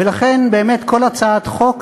ולכן, באמת, בכל הצעת חוק,